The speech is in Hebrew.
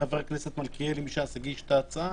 חבר הכנסת מלכיאלי מש"ס הגיש את ההצעה